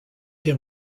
him